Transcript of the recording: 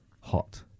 hot